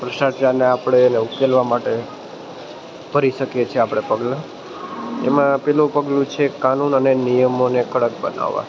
ભ્રસ્ટાચારને આપણે ઉકેલવા માટે કરી શકીએ છે પગલાં એમાં પહેલું પગલું છે કાનૂન અને નિયમોને કડક બનાવવા